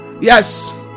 Yes